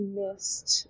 missed